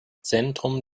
zentrum